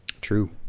True